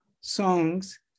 songs